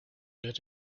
did